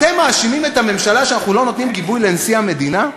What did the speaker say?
אתם מאשימים את הממשלה שאנחנו לא נותנים גיבוי לנשיא המדינה?